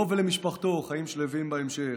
לו ולמשפחתו, חיים שלווים בהמשך.